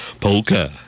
polka